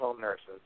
nurses